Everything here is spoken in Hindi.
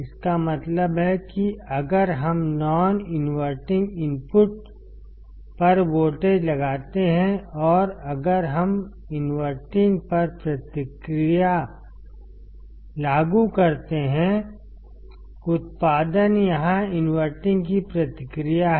इसका मतलब है कि अगर हम नॉन इनवर्टिंग इनपुट पर वोल्टेज लगाते हैं और अगर हम इनवर्टिंग पर प्रतिक्रिया लागू करते हैं उत्पादन यहाँ इनवर्टिंग की प्रतिक्रिया है